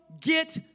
get